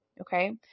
Okay